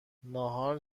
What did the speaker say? نهار